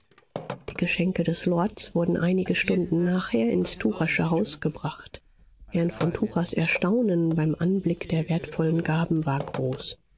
die geschenke des lords wurden einige stunden nachher ins tuchersche haus gebracht herrn von tuchers erstaunen beim anblick der wertvollen gaben war groß